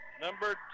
Number